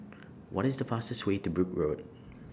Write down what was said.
What IS The fastest Way to Brooke Road